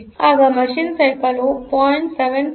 ಆದ್ದರಿಂದ ಮಷೀನ್ ಸೈಕಲ್ವು 0